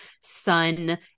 sun